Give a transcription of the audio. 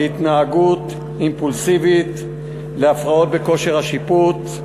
להתנהגות אימפולסיבית ולהפרעות בכושר השיפוט.